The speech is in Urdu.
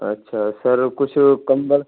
اچھا سر کچھ کم والا